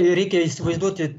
reikia įsivaizduoti